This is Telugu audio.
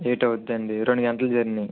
ఎయిట్ అవుతుందండి రెండు గంటలు జర్నీ